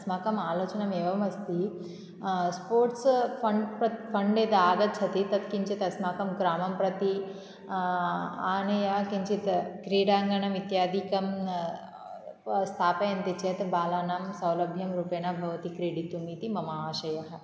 अस्माकम् आलोचनम् एवम् अस्ति स्पोर्टस् फण्ड् प्रत् फण्ड् यत् आगच्छति तत् किञ्चित् अस्माकं ग्रामं प्रति आनीय किञ्चित् क्रीडाङ्गणम् इत्यादिकं स्थापयन्ति चेत् बालानां सौलभ्यं रूपेण भवति क्रीडितुम् इति मम आशयः